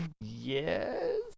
yes